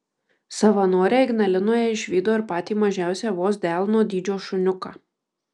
savanoriai ignalinoje išvydo ir patį mažiausią vos delno dydžio šuniuką